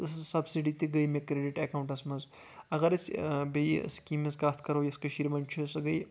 تہٕ سۄ سبسڈی تہِ گٔے مےٚ کریٚڈِٹ ایٚکونٛٹس منٛز اَگر أسۍ بیٚیہِ سکیٖم ہٕنٛز کَتھ کَرو یۄس کٔشیٖر منٛز چھِ سۄ گٔے